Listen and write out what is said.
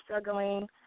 struggling